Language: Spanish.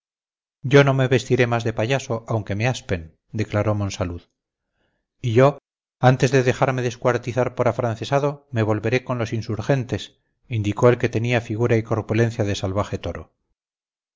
yo no me vestiré más de payaso aunque me aspen declaró monsalud y yo antes de dejarme descuartizar por afrancesado me volveré con los insurgentes indicó el que tenía figura y corpulencia de salvaje toro